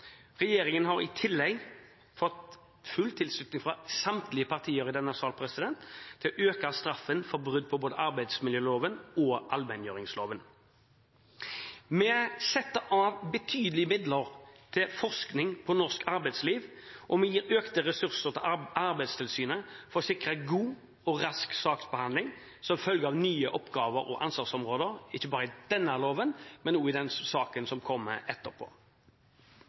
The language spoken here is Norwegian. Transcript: Regjeringen har i tillegg fått full tilslutning fra samtlige partier i denne salen til å øke straffen for brudd på arbeidsmiljøloven og allmenngjøringsloven. Vi setter av betydelige midler til forskning på norsk arbeidsliv, og vi gir økte ressurser til Arbeidstilsynet for å sikre god og rask saksbehandling som følge av nye oppgaver og ansvarsområder, ikke bare i denne loven, men også i den saken som kommer etterpå.